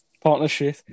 partnership